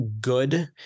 good